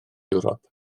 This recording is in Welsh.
ewrop